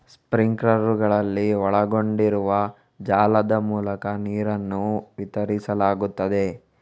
ಸ್ಪ್ರಿಂಕ್ಲರುಗಳಲ್ಲಿ ಒಳಗೊಂಡಿರುವ ಜಾಲದ ಮೂಲಕ ನೀರನ್ನು ವಿತರಿಸಲಾಗುತ್ತದೆ